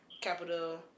capital